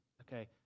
Okay